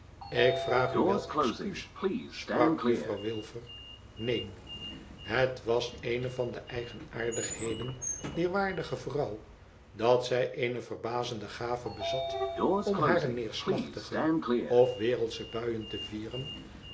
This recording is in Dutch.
ik vraag u wel excuus sprak juffrouw wilfer neen het was eene van de eigenaardigheden dier waardige vrouw dat zij eene verbazende gave bezat om hare neerslachtige of wereldsche buien te vieren